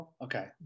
Okay